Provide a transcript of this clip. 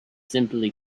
simply